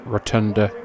Rotunda